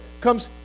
comes